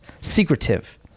secretive